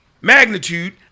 magnitude